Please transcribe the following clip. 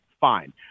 fine